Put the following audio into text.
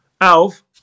alf